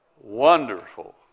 Wonderful